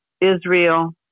Israel